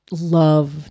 love